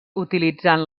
utilitzant